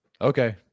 Okay